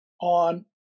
on